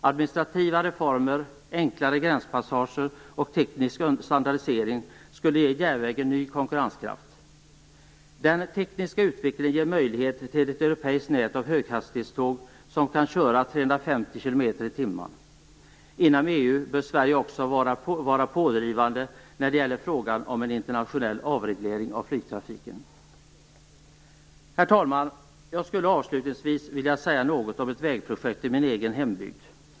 Administrativa reformer, enklare gränspassager och teknisk standardisering skulle ge järnvägen ny konkurrenskraft. Den tekniska utvecklingen ger möjlighet till ett europeiskt nät av höghastighetståg som kan köra 350 kilometer i timmen. Inom EU bör Sverige också vara pådrivande i frågan om en internationell avreglering av flygtrafiken. Herr talman! Jag skulle avslutningsvis vilja säga något om ett vägprojekt i min egen hembygd.